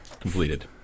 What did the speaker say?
Completed